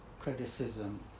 criticism